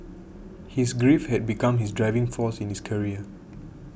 his grief had become his driving force in his career